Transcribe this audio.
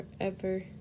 forever